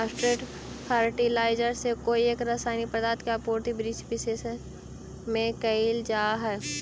straight fertiliser से कोई एक रसायनिक पदार्थ के आपूर्ति वृक्षविशेष में कैइल जा हई